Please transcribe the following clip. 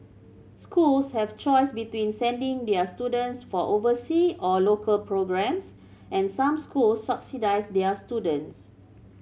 schools have a choice between sending their students for oversea or local programmes and some schools subsidise their students